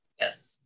Yes